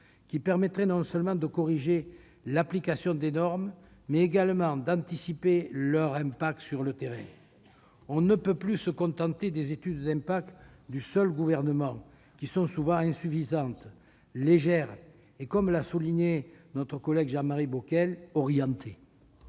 qui permettrait non seulement de corriger l'application des normes, mais également d'anticiper leur incidence sur le terrain. On ne peut plus se contenter des études d'impact du seul Gouvernement qui sont souvent insuffisantes, légères et, comme l'a souligné notre collègue Jean-Marie Bockel, orientées.